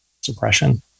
suppression